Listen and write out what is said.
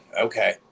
okay